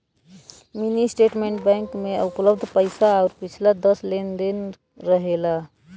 mini statement bank में उपलब्ध पैसा आउर पिछला दस लेन देन रहेला